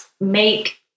make